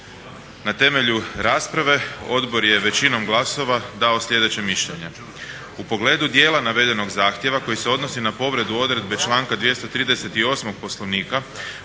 Na temelju rasprave odbor je većinom glasova dao sljedeće mišljenje, u pogledu djela navedenog zahtjeva koji se odnosi na povredu odredbe članka 238. Poslovnika